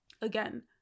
again